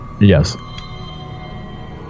Yes